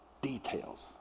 details